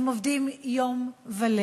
הם עובדים יום וליל.